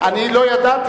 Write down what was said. אני לא ידעתי,